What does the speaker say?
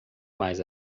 mas